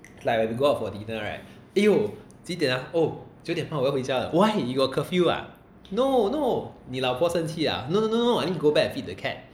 like when you go out for dinner right !aiyo! 几点啊 oh 九点半我要回家 liao why you got curfew ah no no 你老婆生气 ah no no no I need go back feed the cat